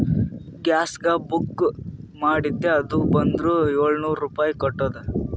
ಗ್ಯಾಸ್ಗ book ಮಾಡಿದ್ದೆ ಅದು ಬಂದುದ ಏಳ್ನೂರ್ ರುಪಾಯಿ ಕಟ್ಟುದ್